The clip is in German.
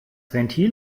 ventil